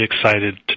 excited